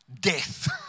death